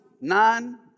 nine